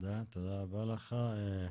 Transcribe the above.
תודה רבה לך.